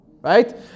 Right